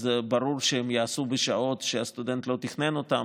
אז ברור שהם ייעשו בשעות שהסטודנט לא תכנן אותן.